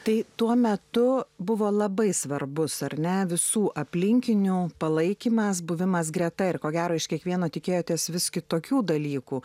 tai tuo metu buvo labai svarbus ar ne visų aplinkinių palaikymas buvimas greta ir ko gero iš kiekvieno tikėjotės vis kitokių dalykų